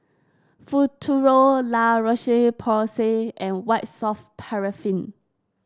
Futuro La Roche Porsay and White Soft Paraffin